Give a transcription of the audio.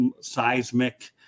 seismic